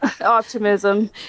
optimism